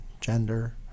gender